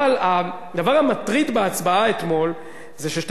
אבל הדבר המטריד בהצבעה אתמול זה ששתי